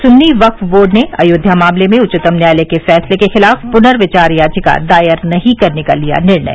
Sunni Waqf board ने अयोध्या मामले में उच्चतम न्यायालय के फैसले के खिलाफ पुनर्विचार याचिका दायर नहीं करने का लिया निर्णय